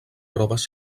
proves